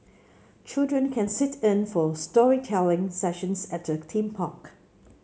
children can sit in for storytelling sessions at the theme park